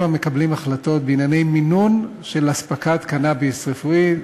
המקבלים החלטות בענייני מינון של אספקת קנאביס רפואי,